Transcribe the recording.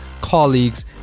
colleagues